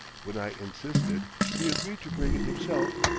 when i insisted, he agreed to bring it himself,